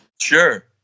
Sure